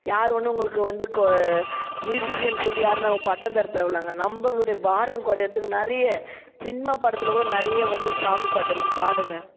யார் ஒன்றும் உங்களுக்கு வந்து கொ மியூசியன்ஸ் சொல்லி யாரும் நமக்கு பட்டம் தர தேவையில்லைங்க நம்மளுடைய பாரம் குறைகிறத்துக்கு நிறைய சினிமா படத்தில் கூட நிறைய வந்து சாமி பாட்டு இருக்குது பாடுங்க